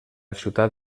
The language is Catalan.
ciutat